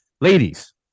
Ladies